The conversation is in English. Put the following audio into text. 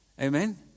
amen